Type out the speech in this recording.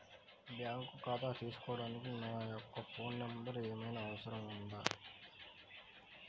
Bank ఖాతా తీసుకోవడానికి నా యొక్క ఫోన్ నెంబర్ ఏమైనా అవసరం అవుతుందా?